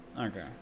okay